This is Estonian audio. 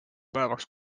päevaks